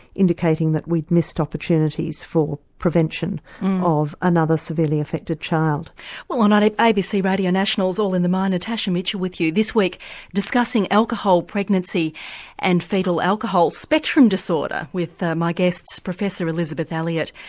indicating that we'd missed opportunities for prevention of another severely affected child. well on like abc radio national's all in the mind natasha mitchell with you this week discussing alcohol, pregnancy and foetal alcohol spectrum disorder with my guests professor elizabeth elliot,